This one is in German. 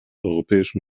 europäischen